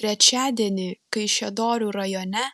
trečiadienį kaišiadorių rajone